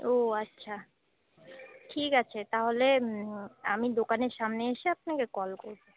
ও আচ্ছা ঠিক আছে তাহলে আমি দোকানের সামনে এসে আপনাকে কল করবো